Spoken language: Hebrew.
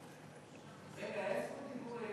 רגע, אין רשות דיבור,